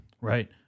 Right